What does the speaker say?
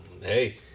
hey